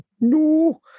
no